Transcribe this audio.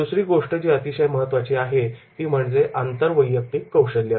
दुसरी गोष्ट जी अतिशय महत्त्वाचे आहे ती म्हणजे आंतरवैयक्तिक कौशल्य